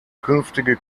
künftige